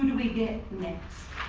and we get next?